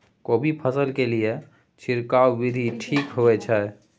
कोबी फसल के लिए छिरकाव विधी ठीक होय छै?